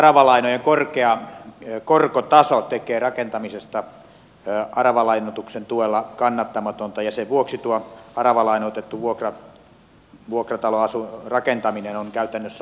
aravalainojen korkea korkotaso tekee rakentamisesta aravalainoituksen tuella kannattamatonta ja sen vuoksi aravalainoitettu vuokratalorakentaminen on käytännössä loppunut